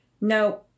No